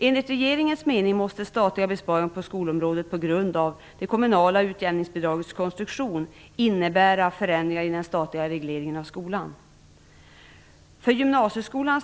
Enligt regeringens mening måste statliga besparingar på skolområdet på grund av det kommunala utjämningsbidragets konstruktion innebära förändringar i den statliga regleringen av skolan.